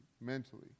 mentally